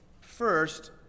First